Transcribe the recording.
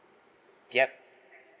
yup